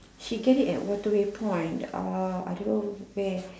she get it at Waterway point uh I don't know where